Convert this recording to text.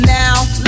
now